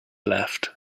left